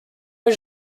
aux